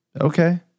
okay